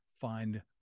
find